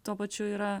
tuo pačiu yra